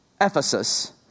Ephesus